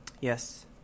Yes